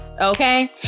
Okay